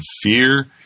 fear